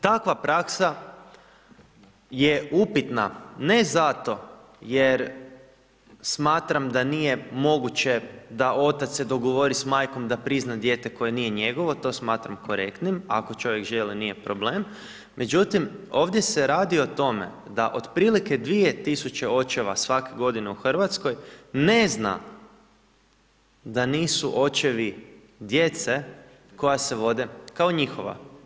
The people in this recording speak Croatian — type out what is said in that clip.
Takva praksa je upitna ne zato jer smatram da nije moguće da otac se dogovori s majkom da prizna dijete koje nije njegovo, to smatram korektnim ako čovjek želi, nije problem, međutim ovdje se radi o tome da otprilike 2000 očeva svake godine u Hrvatskoj ne zna da nisu očevi djece koja se vode kao njihova.